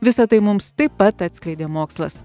visa tai mums taip pat atskleidė mokslas